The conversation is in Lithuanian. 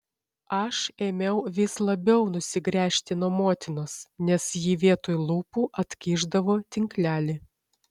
aš ėmiau vis labiau nusigręžti nuo motinos nes ji vietoj lūpų atkišdavo tinklelį